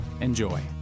enjoy